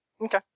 Okay